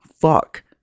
fuck